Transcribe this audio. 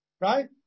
right